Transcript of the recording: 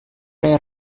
rare